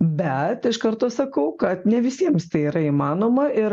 bet iš karto sakau kad ne visiems tai yra įmanoma ir